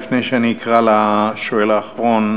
חברות וחברי הכנסת, לפני שאני אקרא לשואל האחרון,